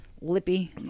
lippy